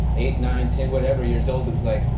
eight, nine, ten, whatever years old that was like,